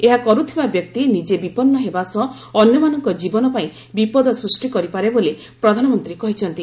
ଏହା କରୁଥିବା ବ୍ୟକ୍ତି ନିଜେ ବିପନ୍ନ ହେବା ସହ ଅନ୍ୟମାନଙ୍କ ଜୀବନ ପାଇଁ ବିପଦ ସୃଷ୍ଟିକରିପାରେ ବୋଲି ପ୍ରଧାନମନ୍ତ୍ରୀ କହିଚ୍ଚନ୍ତି